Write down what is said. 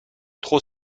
trop